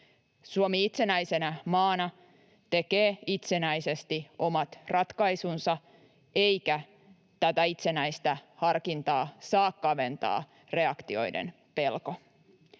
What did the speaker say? Suomi itsenäisenä maana tekee itsenäisesti omat ratkaisunsa, eikä tätä itsenäistä harkintaa saa kaventaa reaktioiden pelko.